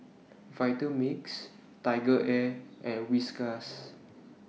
Vitamix Tiger Air and Whiskas